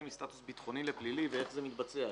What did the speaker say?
מסטאטוס ביטחוני לפלילי ואיך זה מתבצע,